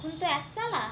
এখন তো একতলা